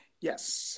Yes